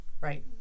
Right